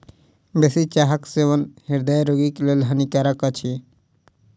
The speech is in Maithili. बेसी चाहक सेवन हृदय रोगीक लेल हानिकारक अछि